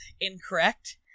incorrect